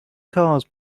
cars